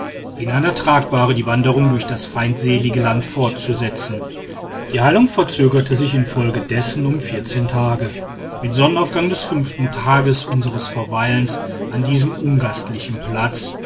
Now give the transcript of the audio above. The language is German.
in einer tragbahre die wanderung durch das feindselige land fortzusetzen die heilung verzögerte sich infolgedessen um vierzehn tage mit sonnenaufgang des fünften tages unseres verweilens an diesem ungastlichen platz